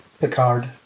Picard